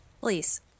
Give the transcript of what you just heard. Please